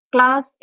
Class